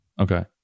Okay